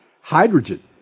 hydrogen